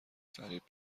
فریب